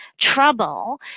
trouble